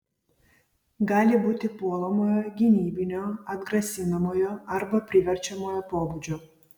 gali būti puolamojo gynybinio atgrasinamojo arba priverčiamojo pobūdžio